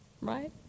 Right